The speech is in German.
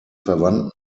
verwandten